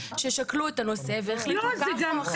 ששקלו את הנושא והחליטו כך או אחרת.